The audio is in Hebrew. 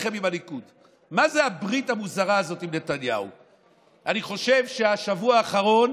אבל אני קודם כול רוצה להתחיל בנושא אחר,